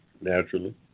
naturally